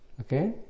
okay